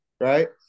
right